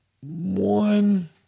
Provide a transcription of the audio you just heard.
one –